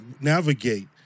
navigate